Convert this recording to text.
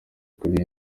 kuri